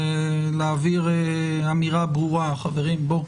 ולהעביר אמירה ברורה: חברים, בואו,